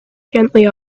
gently